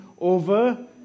over